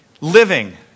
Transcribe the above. Living